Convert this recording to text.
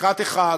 לקראת החג,